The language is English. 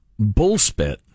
Bullspit